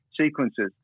sequences